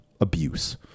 abuse